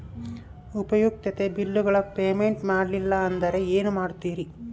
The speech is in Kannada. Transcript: ಉಪಯುಕ್ತತೆ ಬಿಲ್ಲುಗಳ ಪೇಮೆಂಟ್ ಮಾಡಲಿಲ್ಲ ಅಂದರೆ ಏನು ಮಾಡುತ್ತೇರಿ?